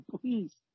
please